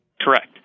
Correct